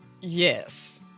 Yes